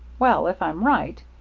well, if i'm right,